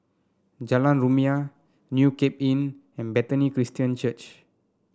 Jalan Rumia New Cape Inn and Bethany Christian Church